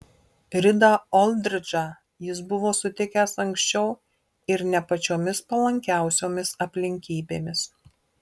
ridą oldridžą jis buvo sutikęs anksčiau ir ne pačiomis palankiausiomis aplinkybėmis